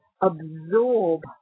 absorb